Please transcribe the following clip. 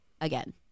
Again